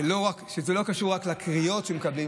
וזה לא קשור רק לקריאות שהם מקבלים,